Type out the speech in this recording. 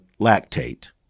lactate